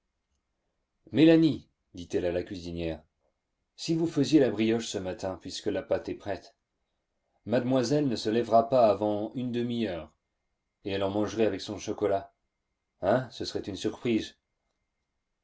mélanie dit-elle à la cuisinière si vous faisiez la brioche ce matin puisque la pâte est prête mademoiselle ne se lèvera pas avant une demi-heure et elle en mangerait avec son chocolat hein ce serait une surprise